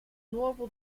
nuovo